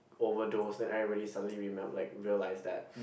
overdosed then everybody suddenly remem~ like realised that